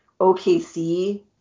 OKC